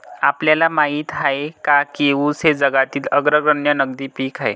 आपल्याला माहित आहे काय की ऊस हे जगातील अग्रगण्य नगदी पीक आहे?